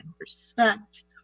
respect